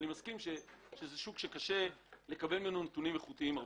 אני מסכים שזה שוק שקשה לקבל ממנו נתונים איכותיים.